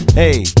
hey